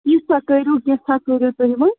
کینٛژھا کٔرِو کیٚنٛژھا کٔرِو تُہۍ وۅنی